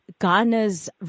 Ghana's